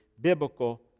biblical